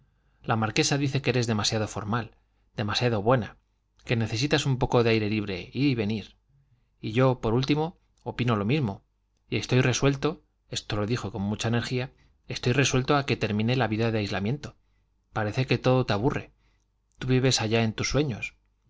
la marquesa dice que eres demasiado formal demasiado buena que necesitas un poco de aire libre ir y venir y yo por último opino lo mismo y estoy resuelto esto lo dijo con mucha energía estoy resuelto a que termine la vida de aislamiento parece que todo te aburre tú vives allá en tus sueños